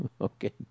Okay